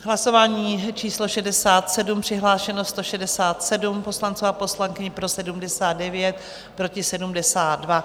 Hlasování číslo 67, přihlášeno 167 poslanců a poslankyň, pro 79, proti 72.